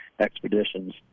expeditions